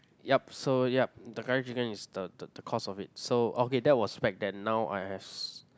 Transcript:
yup so yup the curry chicken is the the the cause of it so okay that was back then now I has